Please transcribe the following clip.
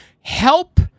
help